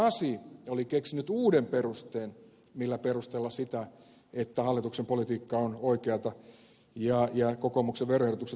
sasi oli keksinyt uuden perusteen millä perustella sitä että hallituksen politiikka on oikeata ja kokoomuksen veroehdotukset loistavia